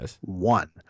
one